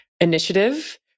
initiative